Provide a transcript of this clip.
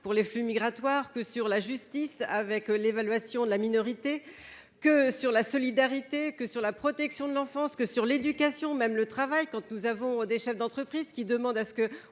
pour les flux migratoires que sur la justice avec l'évaluation de la minorité. Que sur la solidarité que sur la protection de l'enfance que sur l'éducation même le travail quand tu nous avons des chefs d'entreprise qui demande à ce que